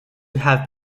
have